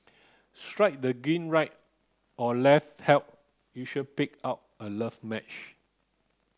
the screen right or left help user pick out a love match